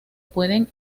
pueden